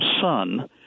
son